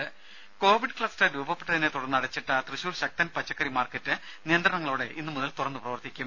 ദരദ Covid cluster രൂപപ്പെട്ടതിനെ തുടർന്ന് അടച്ചിട്ട തൃശൂർ ശക്തൻ പച്ചക്കറി മാർക്കറ്റ് നിയന്ത്രണങ്ങളോടെ ഇന്ന് മുതൽ തുറന്നു പ്രവർത്തിക്കും